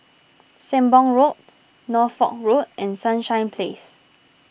Sembong Road Norfolk Road and Sunshine Place